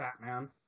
batman